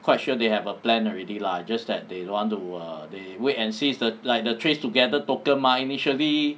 quite sure they have a plan already lah just that they don't want to err they wait and see since the like the trace together token mah initially